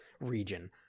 region